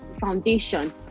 foundation